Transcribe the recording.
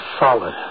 solid